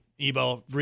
Ebo